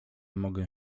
mogę